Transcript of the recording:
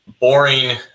boring